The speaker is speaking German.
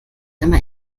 immer